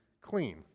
clean